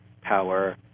power